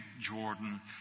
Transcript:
Jordan